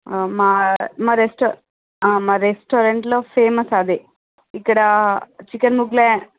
మా మా రెస్టా మా రెస్టారెంట్లో ఫేమస్ అదే ఇక్కడా చికెన్ ముఘ్లాయ్